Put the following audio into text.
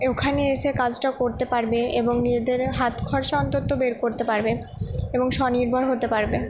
ওখানে এসে কাজটা করতে পারবে এবং নিজেদের হাত খরচা অন্তত বের করতে পারবে এবং স্বনির্ভর হতে পারবে